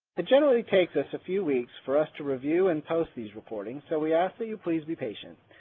it generally takes us a few weeks for us to review and post these recordings, so we ask that you please be patient.